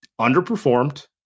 underperformed